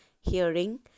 hearing